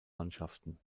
mannschaften